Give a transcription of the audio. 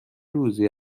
روزی